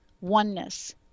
oneness